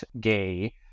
gay